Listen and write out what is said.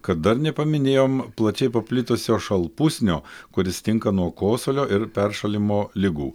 kad dar nepaminėjom plačiai paplitusio šalpusnio kuris tinka nuo kosulio ir peršalimo ligų